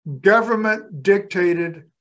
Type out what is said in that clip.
government-dictated